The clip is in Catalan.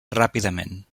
ràpidament